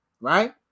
right